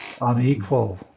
unequal